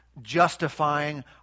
justifying